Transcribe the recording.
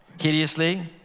hideously